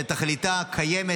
שתכליתה קיימת,